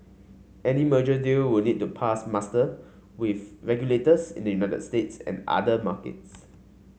any merger deal would need to pass muster with regulators in the United States and other markets